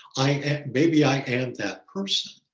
i am, maybe i am that person.